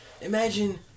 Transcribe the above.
Imagine